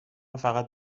فقط